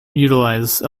utilize